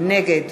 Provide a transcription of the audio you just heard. נגד